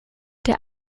der